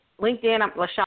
LinkedIn